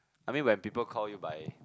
I mean when people call you by